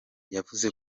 yavuze